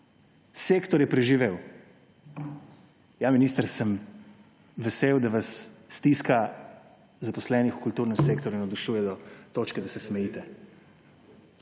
Sektor je preživel − ja, minister, sem vesel, da vas stiska zaposlenih v kulturnem sektorju navdušuje do točke, da se smejite.